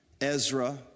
Ezra